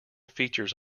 features